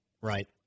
Right